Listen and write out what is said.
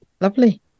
Lovely